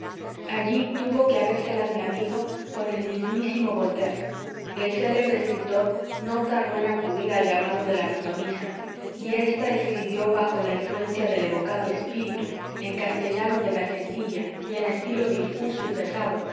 allí tuvo que habérselas mi amigo con el mismísimo voltaire el célebre escritor no tardó en acudir al llamado de la pitonisa y ésta escribió bajo la influencia del evocado espíritu en castellano de gacetilla y en estilo difuso y pesado